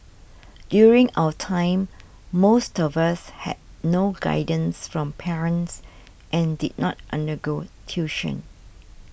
during our time most of us had no guidance from parents and did not undergo tuition